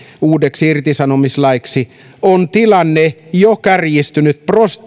uudeksi irtisanomislaiksi on tilanne jo kärjistynyt